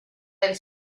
del